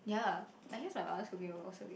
ya I guess my mother's cooking would also be